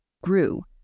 grew